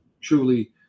truly